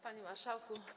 Panie Marszałku!